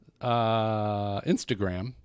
Instagram